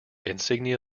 insignia